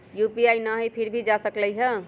UPI न हई फिर भी जा सकलई ह?